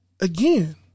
again